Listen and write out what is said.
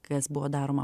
kas buvo daroma